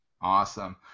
Awesome